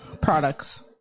products